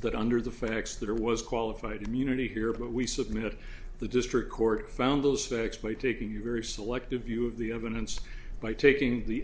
that under the facts that are was qualified immunity here but we submit the district court found those facts play taking you very selective view of the evidence by taking the